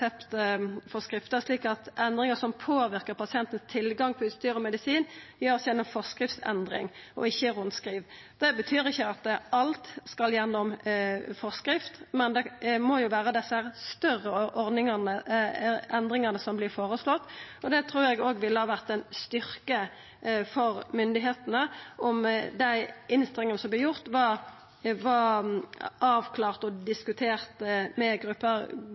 påverkar pasientane sin tilgang til utstyr og medisin, skal skje med forskriftsendring og ikkje i rundskriv. Det betyr ikkje at alt skal gjennom forskrift, berre dei større endringane som vert føreslått. Eg trur det ville vore ein styrke for myndigheitene om dei innstrammingane som vert gjorde, var avklarte og diskuterte med